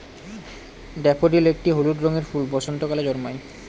daffodil একটি হলুদ রঙের ফুল বসন্তকালে জন্মায়